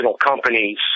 companies